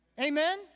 Amen